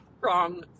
wrong